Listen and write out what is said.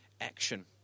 action